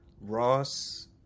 ross